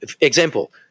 example